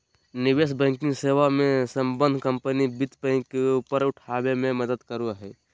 निवेश बैंकिंग सेवा मे सम्बद्ध कम्पनी वित्त बैंक के ऊपर उठाबे मे मदद करो हय